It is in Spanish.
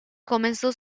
comenzó